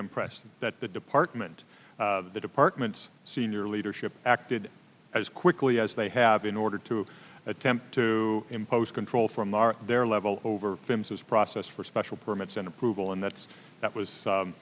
impressed that the department the department's senior leadership acted as quickly as they have in order to attempt to impose control from the our their level over finances process for special permits and approval and that's that was